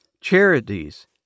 charities